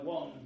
One